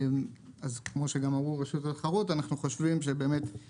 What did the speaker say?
אז כמו שגם אמרו רשות התחרות אנחנו חושבים שיש